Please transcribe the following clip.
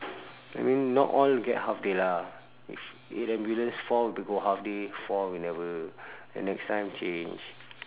I mean not all get half day lah if eight ambulance four will be go half day four will never then next time change